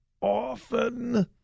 often